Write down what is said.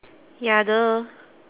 ya !duh!